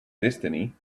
destiny